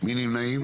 מי נמנע?